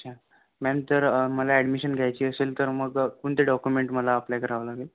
अच्छा मॅम तर मला ॲडमिशन घायची असेल तर मग कोणते डॉक्युमेंट मला ॲप्लाय करावे लागेल